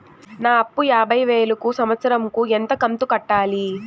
నా అప్పు యాభై వేలు కు సంవత్సరం కు ఎంత కంతు కట్టాలి?